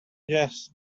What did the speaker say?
yes